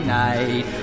night